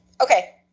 Okay